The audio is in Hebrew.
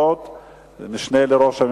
ו-3368.